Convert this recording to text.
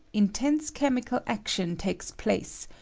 intense chemical action takes place,